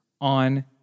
on